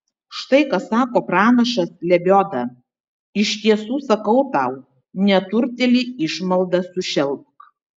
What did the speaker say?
štai ką sako pranašas lebioda iš tiesų sakau tau neturtėlį išmalda sušelpk